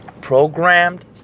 Programmed